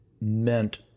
meant